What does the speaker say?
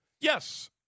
Yes